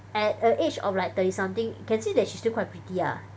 at at the age of like thirty something can see that she's still quite pretty ah